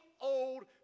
old